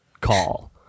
call